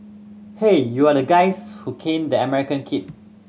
hey you are the guys who caned the American kid